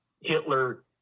Hitler